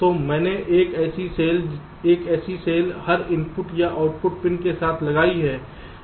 तो मैंने एक ऐसी सेल एक ऐसी सेल हर इनपुट या आउटपुट पिन के साथ लगाई है